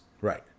Right